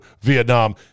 Vietnam